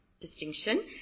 distinction